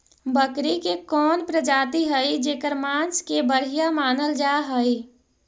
बकरी के कौन प्रजाति हई जेकर मांस के बढ़िया मानल जा हई?